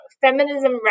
Feminism